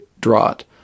drought